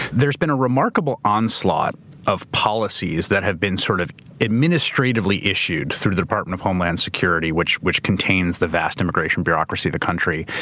there's been a remarkable onslaught of policies that have been sort of administratively issued through the department of homeland security, which which contains the vast immigration bureaucracy of the country.